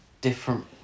different